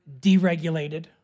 deregulated